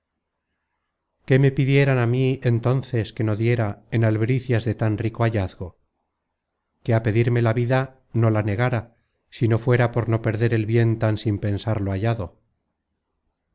qué me pidieran á mí entónces que no diera en albricias de tan rico hallazgo que á pedirme la vida no la negara si no fuera por no perder el bien tan sin pensarlo hallado